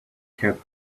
kept